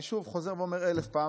אני חוזר ואומר אלף פעם,